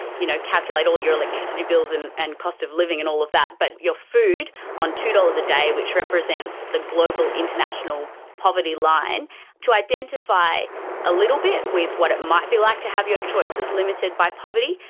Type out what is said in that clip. you know, calculate all your electricity bills and and cost of living and all of that but your food, on two dollars a day which represents the global international poverty line to identify a little bit with what it might be like to have your choices limited by poverty.